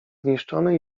zniszczony